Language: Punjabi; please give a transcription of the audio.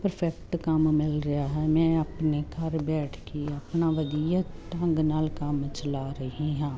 ਪਰਫੈਕਟ ਕੰਮ ਮਿਲ ਰਿਹਾ ਹੈ ਮੈਂ ਆਪਣੇ ਘਰ ਬੈਠ ਕੇ ਆਪਣਾ ਵਧੀਆ ਢੰਗ ਨਾਲ ਕੰਮ ਚਲਾ ਰਹੀ ਹਾਂ